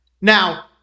Now